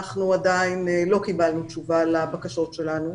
אנחנו עדיין לא קיבלנו תשובה לבקשות שלנו.